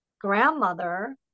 grandmother